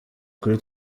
kuri